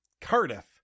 Cardiff